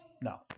No